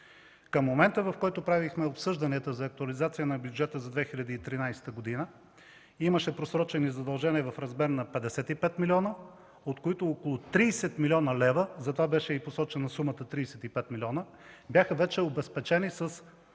Към момента, в който правихме обсъжданията за актуализация на бюджета за 2013 г., имаше просрочени задължения в размер на 55 милиона, от които 30 млн. лв. – затова беше и посочена сумата 35 милиона, бяха вече обезпечени с